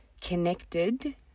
connected